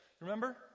Remember